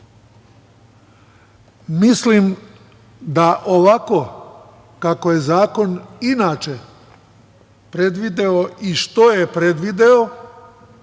Mislim da ovako kako je zakon inače predvideo i što je predvideo